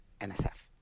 NSF